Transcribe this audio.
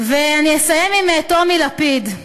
ואני אסיים עם טומי לפיד: